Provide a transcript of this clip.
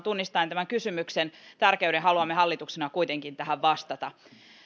tunnistan tämän kysymyksen tärkeyden ja hänen poissa ollessaan haluamme hallituksena kuitenkin tähän vastata